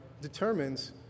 determines